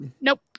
Nope